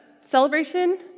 celebration